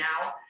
now